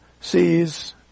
sees